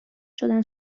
شدن